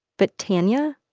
but tanya,